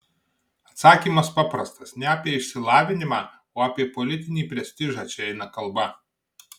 atsakymas paprastas ne apie išsilavinimą o apie politinį prestižą čia eina kalba